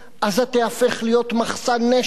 עזה תיהפך להיות מחסן נשק?